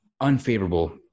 unfavorable